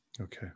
Okay